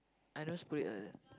I just put it like that